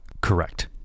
Correct